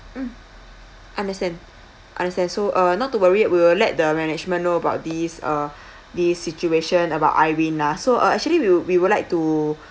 mm understand understand so uh not to worry we will let the management know about this uh this situation about irene lah so uh actually we we would like to